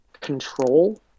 control